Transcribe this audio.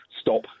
stop